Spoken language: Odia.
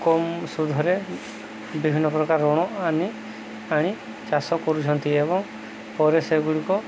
କମ୍ ସୁଧରେ ବିଭିନ୍ନ ପ୍ରକାର ଋଣ ଆଣି ଆଣି ଚାଷ କରୁଛନ୍ତି ଏବଂ ପରେ ସେଗୁଡ଼ିକ